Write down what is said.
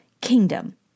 kingdom